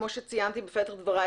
כמו שציינתי בפתח דברי,